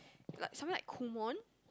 like something like Kumon